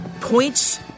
points